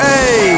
Hey